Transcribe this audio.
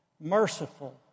merciful